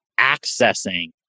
accessing